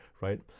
right